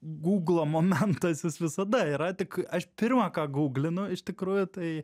gugla momentas jis visada yra tik aš pirma ką gūglinu iš tikrųjų tai